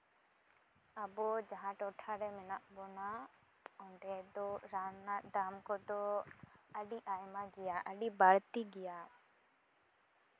ᱟᱵᱚ ᱡᱟᱦᱟᱸ ᱴᱚᱴᱷᱟᱨᱮ ᱢᱮᱱᱟᱜ ᱵᱚᱱᱟ ᱚᱸᱰᱮ ᱫᱚ ᱨᱟᱱ ᱨᱮᱱᱟᱜ ᱫᱟᱢ ᱠᱚᱫᱚ ᱟᱹᱰᱤ ᱟᱭᱢᱟ ᱜᱮᱭᱟ ᱟᱹᱰᱤ ᱵᱟᱹᱲᱛᱤ ᱜᱮᱭᱟ